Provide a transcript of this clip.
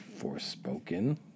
Forspoken